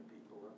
people